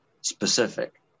specific